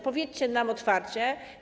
Powiedzcie nam otwarcie.